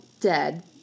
dead